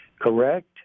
correct